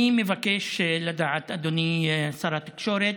אני מבקש לדעת, אדוני שר התקשורת: